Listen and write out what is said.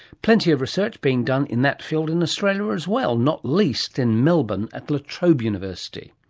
plenty of research being done in that field in australia as well, not least in melbourne at la trobe university.